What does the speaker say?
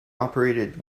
operated